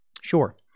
Sure